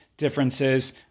differences